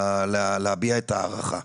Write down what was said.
אלא גם צריך להסתכל על תנאי ההעסקה